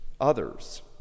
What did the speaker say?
others